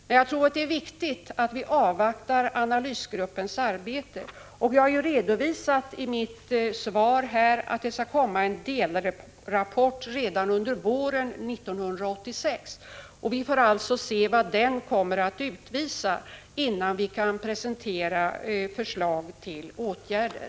Men jag tror det är viktigt att vi först avvaktar analysgruppens arbete. I mitt svar har jag också redovisat att det skall komma en delrapport redan under våren 1986. Vi skall alltså se vad den kommer att utvisa innan vi kan presentera förslag till åtgärder.